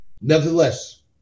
Nevertheless